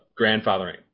grandfathering